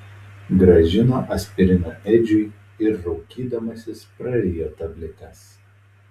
grąžino aspiriną edžiui ir raukydamasis prarijo tabletes